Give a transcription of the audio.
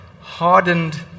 hardened